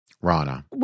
Rana